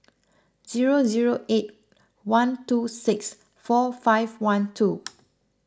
zero zero eight one two six four five one two